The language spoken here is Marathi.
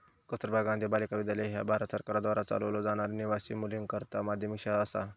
कस्तुरबा गांधी बालिका विद्यालय ह्या भारत सरकारद्वारा चालवलो जाणारी निवासी मुलींकरता माध्यमिक शाळा असा